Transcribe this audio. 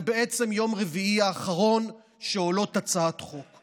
זה בעצם יום רביעי האחרון שעולות בו הצעות חוק.